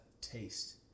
taste